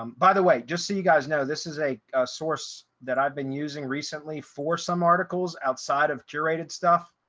um by the way, just so you guys know this is a source that i've been using recently for some articles outside of curated stuff.